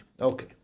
Okay